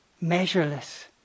measureless